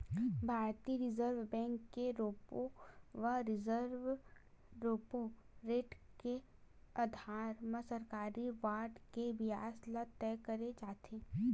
भारतीय reserve bank के repo व रिवर्स रेपो रेट के अधार म सरकारी बांड के बियाज ल तय करे जाथे